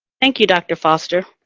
thank you, dr. foster.